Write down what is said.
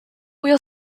wheel